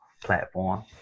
platform